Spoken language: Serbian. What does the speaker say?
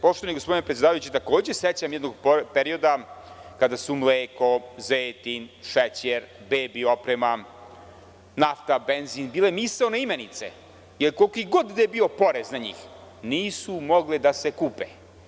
Poštovani gospodine predsedavajući, takođe se i ja sećam jednog perioda kada su mleko, zejtin, šećer, bebi oprema, nafta i benzin bile misaone imenice, jer, koliki god da je bio porez na njih, nisu mogle da se kupe.